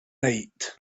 night